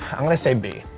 i'm gonna say b.